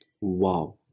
wow